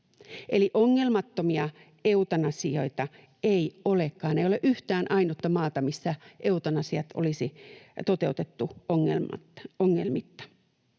Eli ongelmattomia eutanasioita ei olekaan. Ei ole yhtään ainutta maata, missä eutanasiat olisi toteutettu ongelmitta.